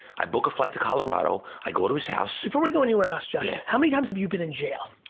i book a flight to colorado, i go to his house before we go anywhere else josh, yeah how many times have you been in jail?